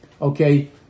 okay